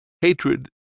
Hatred